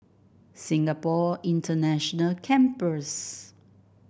Singapore International Campus